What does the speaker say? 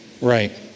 Right